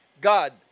God